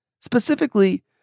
Specifically